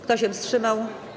Kto się wstrzymał?